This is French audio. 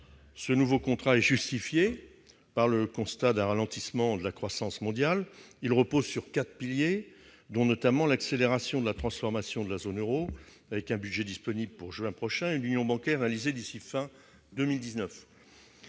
ce nouveau contrat est justifié par le constat d'un ralentissement de la croissance mondiale, il repose sur 4 piliers, dont notamment l'accélération de la transformation de la zone Euro, avec un budget disponible pour juin prochain et l'union bancaire Alizé d'ici fin 2019,